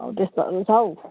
हौ त्यस्तोहरू छ हौ